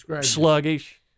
Sluggish